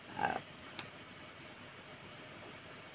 uh